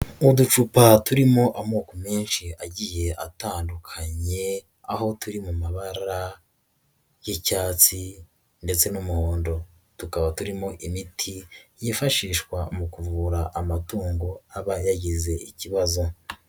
Uducupa turimo amoko menshi agiye atandukanye, aho turi mu mabara y'icyatsi ndetse n'umuhondo, tukaba turimo imiti yifashishwa mu kuvura amatungo aba yagize ikibazo.